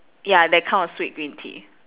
ya that kind of sweet green tea